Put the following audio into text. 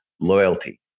loyalty